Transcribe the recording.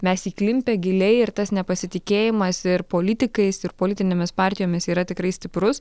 mes įklimpę giliai ir tas nepasitikėjimas ir politikais ir politinėmis partijomis yra tikrai stiprus